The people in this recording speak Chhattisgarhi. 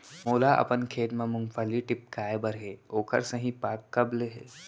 मोला अपन खेत म मूंगफली टिपकाय बर हे ओखर सही पाग कब ले हे?